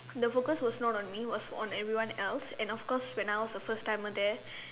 the focus was not on me it was on everyone else and of course when I was a first timer there